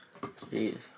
Jeez